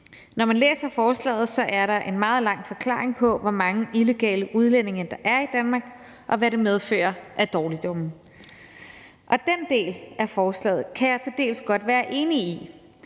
Når man læser forslaget, er der en meget lang forklaring på, hvor mange illegale udlændinge der er i Danmark, og hvad det medfører af dårligdomme. Den del af forslaget kan jeg til dels godt være enig i,